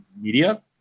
media